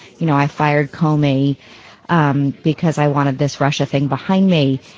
you know, i fired komi um because i wanted this russia thing behind me.